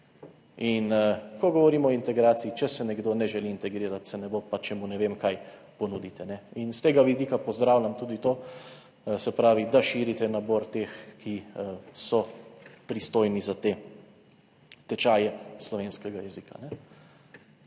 In ko govorimo o integraciji, če se nekdo ne želi integrirati, se ne bo, pa če mu ne vem kaj ponudite. In s tega vidika pozdravljam tudi to, da širite nabor teh, ki so pristojni za te tečaje slovenskega jezika.